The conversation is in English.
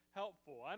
helpful